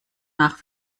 nach